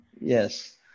yes